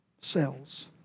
cells